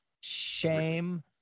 shame